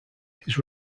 his